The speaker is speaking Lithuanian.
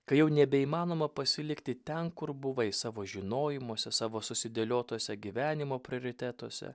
kai jau nebeįmanoma pasilikti ten kur buvai savo žinojimuose savo susidėliotuose gyvenimo prioritetuose